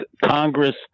Congress